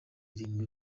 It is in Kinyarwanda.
irindwi